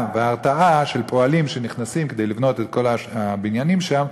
וההרתעה של פועלים שנכנסים כדי לבנות את כל הבניינים שם,